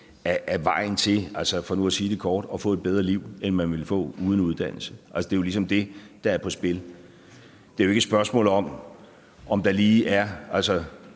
er vejen til – for nu at sige det kort – at få et bedre liv, end man ville få uden uddannelse. Det er jo ligesom det, der er på spil. Det er jo ikke et spørgsmål om, om der lige er